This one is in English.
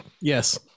Yes